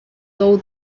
tou